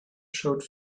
showed